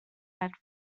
had